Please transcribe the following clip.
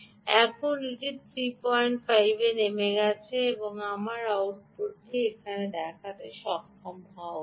এখন এটি 34 এ নেমে গেছে এবং আমার আউটপুটটি দেখাতে সক্ষম হওয়া উচিত